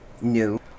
New